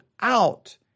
out